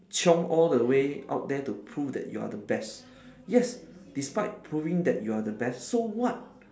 chiong all the way out there to prove that you are the best yes despite proving that you are the best so what